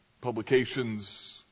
publications